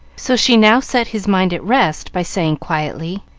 so she now set his mind at rest by saying, quietly.